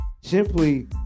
simply